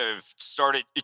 started